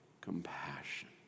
compassion